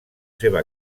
seva